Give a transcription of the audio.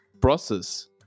process